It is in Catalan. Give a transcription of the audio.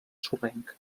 sorrenc